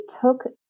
took